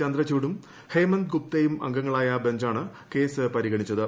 ചന്ദ്രചൂഢും ഹേമന്ദ് ഗുപ്തയും അംഗങ്ങളായ ബഞ്ചാണ് കേസ് പരിഗണിച്ചത്